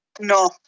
No